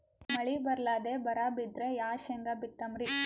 ಮಳಿ ಬರ್ಲಾದೆ ಬರಾ ಬಿದ್ರ ಯಾ ಶೇಂಗಾ ಬಿತ್ತಮ್ರೀ?